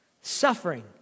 Suffering